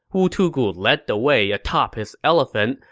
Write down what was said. wu tugu led the way atop his elephant,